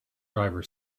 driver